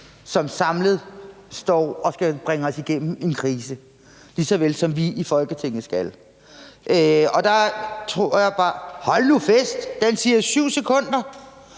som samlet står og skal bringe os igennem en krise, lige så vel som vi i Folketinget skal. Hold nu fest! Uret siger 7 sekunder.